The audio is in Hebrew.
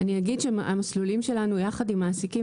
אני אגיד שהמסלולים שלנו יחד עם מעסיקים